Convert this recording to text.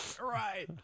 Right